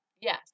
Yes